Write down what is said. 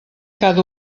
cada